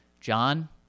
John